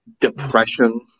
depression